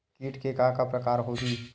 कीट के का का प्रकार हो होही?